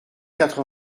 quatre